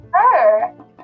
sure